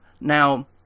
Now